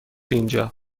اینجا